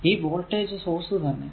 ഈ voltage source തന്നെ